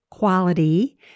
Quality